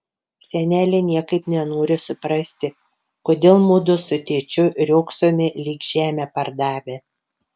senelė niekaip nenori suprasti kodėl mudu su tėčiu riogsome lyg žemę pardavę